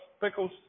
pickles